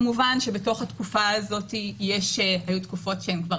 כמובן שבתוך התקופה הזאת היו תקופות שהן כבר